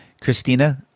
Christina